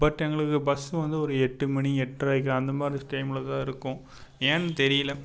but எங்களுக்கு bus வந்து ஒரு எட்டு மணி எட்ரைக்கு அந்த மாதிரி டைம்மில் தான் இருக்கும் ஏன்னு தெரியலை